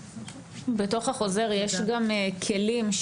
בתוך החוזר יש גם כלים,